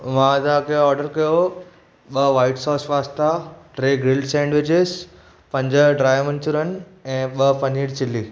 मां तव्हांखे ओर्डर कयो हो ॿ व्हाइट सौस पास्ता टे ग्रिल सेंडविचेस पंज ड्राइ मंचुरिअन ऐं ॿ पनीर चिल्ली